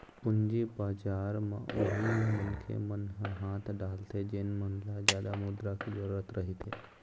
पूंजी बजार म उही मनखे मन ह हाथ डालथे जेन मन ल जादा मुद्रा के जरुरत रहिथे